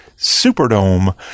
Superdome